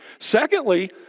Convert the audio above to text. Secondly